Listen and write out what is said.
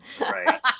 right